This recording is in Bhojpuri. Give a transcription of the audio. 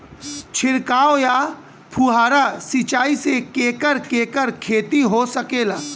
छिड़काव या फुहारा सिंचाई से केकर केकर खेती हो सकेला?